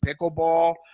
pickleball